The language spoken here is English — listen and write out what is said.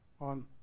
on